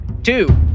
two